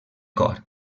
cor